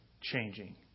changing